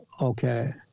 okay